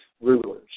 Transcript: rulers